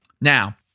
Now